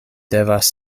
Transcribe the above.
devas